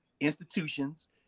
institutions